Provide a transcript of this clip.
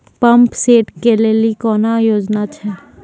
Pump set केलेली कोनो योजना छ?